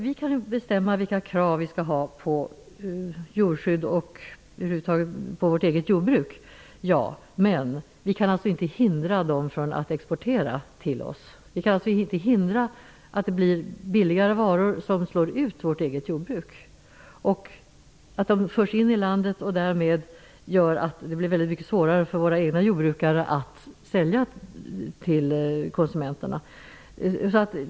Vi kan bestämma vilka krav vi skall ställa på djurskydd och över huvud taget på vårt eget jordbruk, men vi kan inte hindra de andra EU länderna att exportera sina produkter till oss. Vi kan inte förhindra att det importeras billigare varor som slår ut vårt eget jordbruk. När dessa billigare varor förs in i vårt land, blir det mycket svårare för våra egna jordbrukare att sälja sina produkter till de svenska konsumenterna.